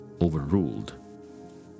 overruled